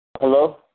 Hello